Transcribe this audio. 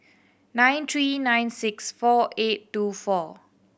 nine three nine six four eight two four